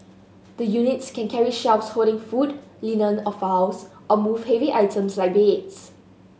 the units can carry shelves holding food linen or files or move heavy items like beds